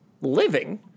living